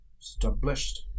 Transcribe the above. established